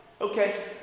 Okay